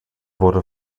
wurde